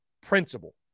principle